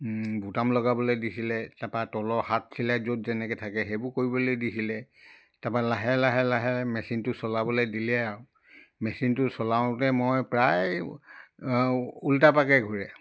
বুটাম লগাবলৈ দিছিলে তাপা তলৰ হাত চিলাই য'ত যেনেকৈ থাকে সেইবোৰ কৰিবলৈ দিছিলে তাপা লাহে লাহে লাহে মেচিনটো চলাবলৈ দিলে আৰু মেচিনটো চলাওঁতে মই প্ৰায় ওলোটা পাকে ঘূৰে